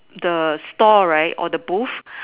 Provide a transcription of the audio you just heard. the stall right or the booth